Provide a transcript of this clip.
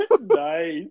Nice